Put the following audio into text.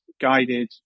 guided